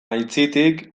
aitzitik